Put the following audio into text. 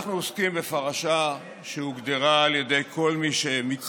אנחנו עוסקים בפרשה שהוגדרה על ידי כל מי שמתמצא בה,